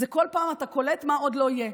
זה כל פעם אתה קולט מה עוד לא יהיה.